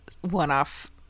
one-off